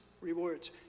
rewards